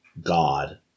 God